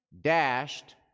dashed